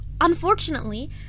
unfortunately